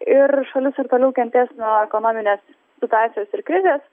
ir šalis ir toliau kentės nuo ekonominės situacijos ir krizės